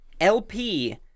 LP